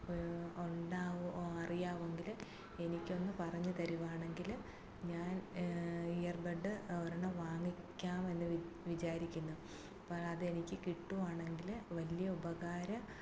അപ്പഴ് ഉണ്ടോ അറിയാമെങ്കിൽ എനിക്ക് ഒന്ന് പറഞ്ഞു തരുകയാണെങ്കിൽ ഞാൻ ഇയർ ബെഡ് ഒരെണ്ണം വാങ്ങിക്കാമെന്ന് വിചാരിക്കുന്നു അപ്പൊൾ അതെനിക്ക് കിട്ടുകയാണെങ്കിൽ വലിയ ഉപകാരം